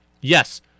Yes